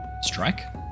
Strike